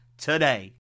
today